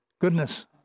goodness